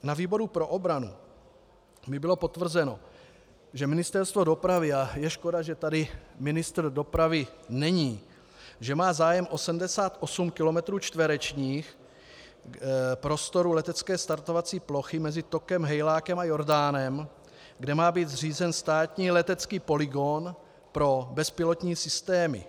Na výboru pro obranu mi bylo potvrzeno, že Ministerstvo dopravy, a je škoda, že tady ministr dopravy není, má zájem o 78 km čtverečních prostoru letecké startovací plochy mezi Tokem, Hejlákem a Jordánem, kde má být zřízen státní letecký polygon pro bezpilotní systémy.